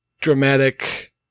dramatic